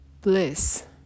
bliss